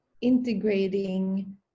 integrating